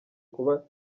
kuba